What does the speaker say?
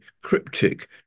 cryptic